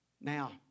Now